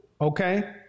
Okay